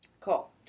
Cool